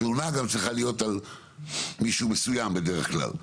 תלונה גם צריכה להיות על מישהו מסוים בדרך כלל,